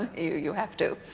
you you have to.